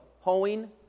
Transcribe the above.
hoeing